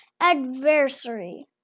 Adversary